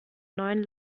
neuen